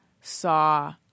saw